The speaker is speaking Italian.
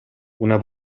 una